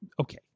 okay